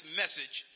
message